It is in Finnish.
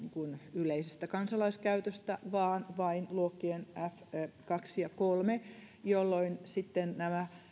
yleisestä kansalaiskäytöstä vaan vain luokkien f kaksi ja f kolme jolloin sitten nämä